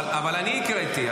אבל אני הקראתי.